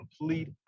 complete